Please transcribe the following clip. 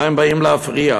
מה הם באים להפריע.